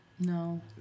No